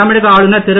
தமிழக ஆளுநர் திரு